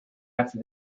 after